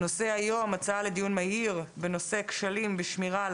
על סדר היום: הצעה לדיון מהיר בנושא: "כשלים בשמירה על